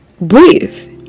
Breathe